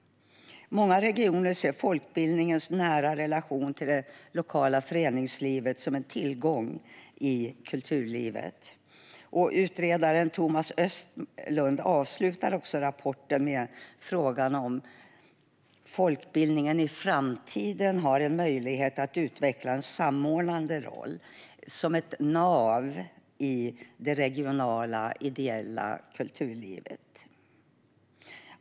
Många regioner ser folkbildningens nära relation till det lokala föreningslivet som en tillgång i kulturlivet. Utredaren Thomas Östlund avslutar också rapporten med frågan om huruvida folkbildningen i framtiden har en möjlighet att utveckla en samordnande roll, som ett nav i det regionala ideella kulturlivet.